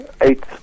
eight